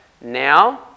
now